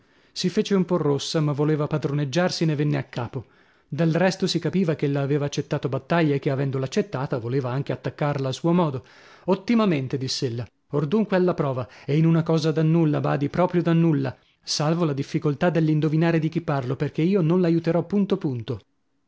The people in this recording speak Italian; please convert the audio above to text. si fece un po rossa ma voleva padroneggiarsi e ne venne a capo del resto si capiva ch'ella aveva accettato battaglia e che avendola accettata voleva anche attaccarla a suo modo ottimamente diss'ella or dunque alla prova e in una cosa da nulla badi proprio da nulla salvo la difficoltà dell'indovinare di chi parlo perchè io non l'aiuterò punto punto